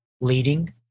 leading